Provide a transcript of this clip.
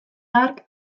hark